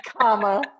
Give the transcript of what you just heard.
Comma